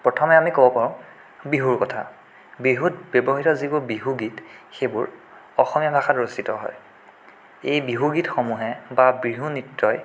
প্ৰথমে আমি ক'ব পাৰোঁ বিহুৰ কথা বিহুত ব্যৱহৃত যিবোৰ বিহুগীত সেইবোৰ অসমীয়া ভাষাত ৰচিত হয় এই বিহু গীতসমূহে বা বিহু নৃত্যই